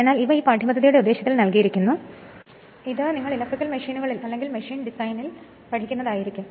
എന്നാൽ ഇവ ഈ പാഠ്യപദ്ധതിയുടെ ഉദ്ദേശത്തിൽ നൽകിയിരിക്കുന്നു ഇത് നിങ്ങൾ ഇലക്ട്രിക്കൽ മെഷീനുകളിൽ അല്ലെങ്കിൽ മെഷീൻ ഡിസൈനിൽ പഠിക്കും